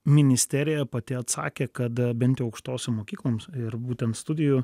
ministerija pati atsakė kad bent jau aukštosiom mokykloms ir būtent studijų